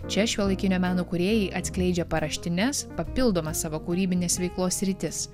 čia šiuolaikinio meno kūrėjai atskleidžia paraštines papildomas savo kūrybinės veiklos sritis